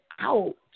out